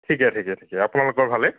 ঠিকেই ঠিকেই ঠিকেই আপোনালোকৰ ভালেই